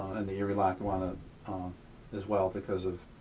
and the erie lackawanna as well, because of